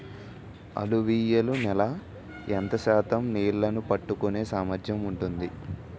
అలువియలు నేల ఎంత శాతం నీళ్ళని పట్టుకొనే సామర్థ్యం ఉంటుంది?